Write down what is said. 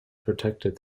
protected